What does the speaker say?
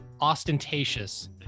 ostentatious